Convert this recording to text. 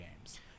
games